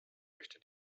möchte